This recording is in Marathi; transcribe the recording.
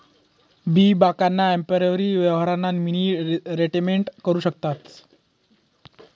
बी ब्यांकना ॲपवरी यवहारना मिनी स्टेटमेंट करु शकतंस